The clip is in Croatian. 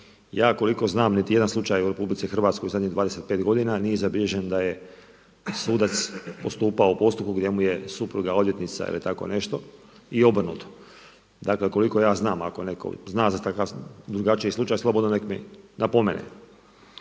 Ja koliko znam niti jedan slučaj u RH u zadnjih 25 godina nije zabilježen da je sudac postupao u postupku gdje mu je supruga odvjetnica ili tako nešto i obrnuto. Dakle koliko ja znam, ako netko zna za takav, drugačiji slučaj, slobodno neka mi napomene.